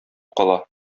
кала